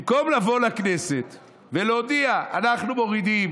במקום לבוא לכנסת ולהודיע: אנחנו מורידים